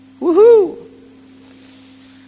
Woohoo